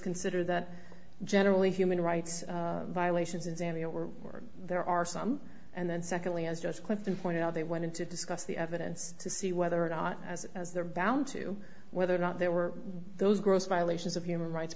consider that generally human rights violations in zambia were or there are some and then secondly as just clifton pointed out they went in to discuss the evidence to see whether or not as they're bound to whether or not there were those girls violations of human rights